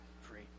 free